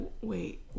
wait